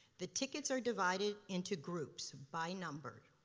the tickets are divided into groups by number.